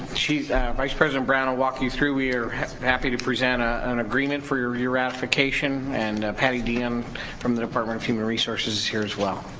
vice president brown will walk you through. we are happy to present ah an agreement for your your ratification and patti dion um from the department of human resources is here as well.